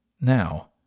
Now